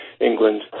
England